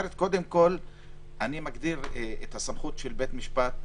כלומר, קודם כול נגדיר את הסמכות של בית המשפט,